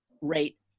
rate